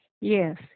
Yes